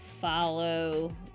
follow